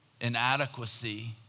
inadequacy